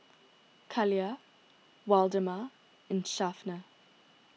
Kaila Waldemar and Shafter